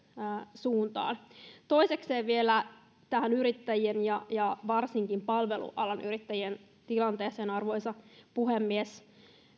suuntaan toisekseen vielä tähän yrittäjien ja ja varsinkin palvelualan yrittäjien tilanteeseen arvoisa puhemies